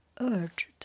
urged